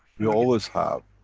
we always.